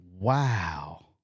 Wow